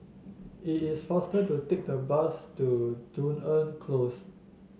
it is faster to take the bus to Dunearn Close